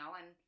and-